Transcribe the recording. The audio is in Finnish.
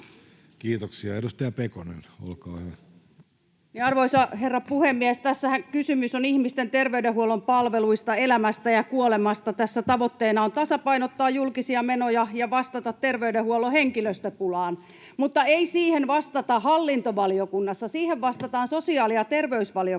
Kiitoksia. — Edustaja Pekonen, olkaa hyvä. Arvoisa herra puhemies! Tässähän kysymys on ihmisten terveydenhuollon palveluista, elämästä ja kuolemasta. Tässä tavoitteena on tasapainottaa julkisia menoja ja vastata terveydenhuollon henkilöstöpulaan, mutta ei siihen vastata hallintovaliokunnassa, siihen vastataan sosiaali- ja terveysvaliokunnassa.